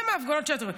הם הפגנות של טרוריסטים,